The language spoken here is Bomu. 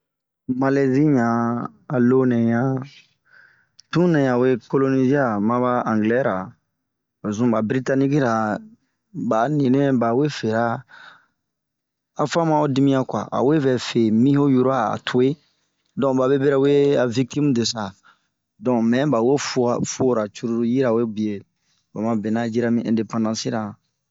Malɛzi ɲan a lo nɛɛ ɲan, tun nɛ we koloniza ma ba angilɛ ra, ozun ba biritanik ra ba'a min wɛɛ ,ba we fi aa afɛn ma ho dimican kua, awe vɛ fi nun ba yura atue. Donke babe berɛ we a viktim de sa, donke mɛ ba we fua fuora cururu yawe ba ma bena a yira mi ɛndepansi ma.